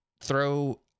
throw